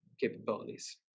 capabilities